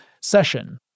session